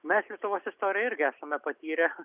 mes lietuvos istorijoj irgi esame patyrę